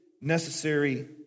necessary